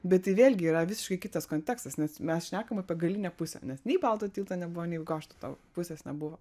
bet tai vėlgi yra visiškai kitas kontekstas nes mes šnekam apie galinę pusę nes nei balto tilto nebuvo nei goštauto pusės nebuvo